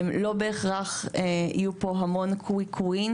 לא בהכרח יהיו פה המון קוויק קווין